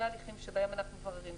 שאלה הליכים שבהם אנחנו מבררים,